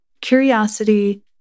curiosity